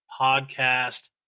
podcast